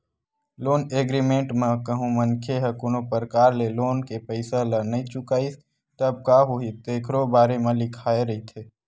loan agreement म कहूँ मनखे ह कोनो परकार ले लोन के पइसा ल नइ चुकाइस तब का होही तेखरो बारे म लिखाए रहिथे